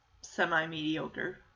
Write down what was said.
semi-mediocre